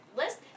list